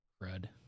Red